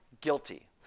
guilty